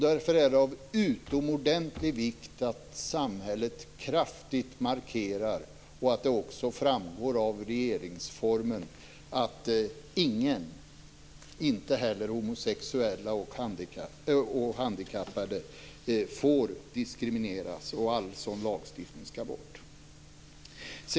Därför är det av utomordentlig vikt att samhället kraftigt markerar och att det framgår av regeringsformen att ingen, inte heller homosexuella och handikappade, får diskrimineras. All sådan lagstiftning skall bort.